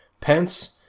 Pence